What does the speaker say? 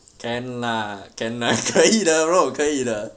can lah can lah 可以的肉可以的